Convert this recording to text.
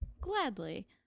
gladly